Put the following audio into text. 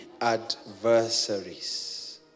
adversaries